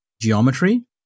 geometry